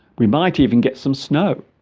we might even get some snow